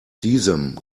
diesem